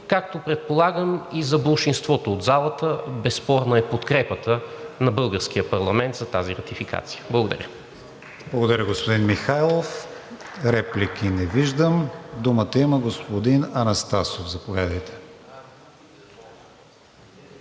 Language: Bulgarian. както предполагам, и за болшинството от залата безспорна е подкрепата на българския парламент за тази ратификация. Благодаря. ПРЕДСЕДАТЕЛ КРИСТИАН ВИГЕНИН: Благодаря, господин Михайлов. Реплики? Не виждам. Думата има господин Анастасов. Заповядайте.